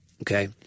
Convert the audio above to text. Okay